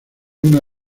una